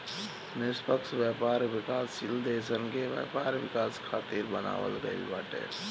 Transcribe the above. निष्पक्ष व्यापार विकासशील देसन के व्यापार विकास खातिर बनावल गईल बाटे